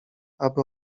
aby